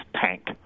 tank